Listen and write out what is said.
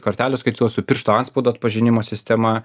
kortelių skaitytuvais su piršto atspaudo atpažinimo sistema